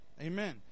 amen